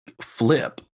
flip